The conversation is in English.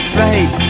right